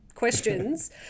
questions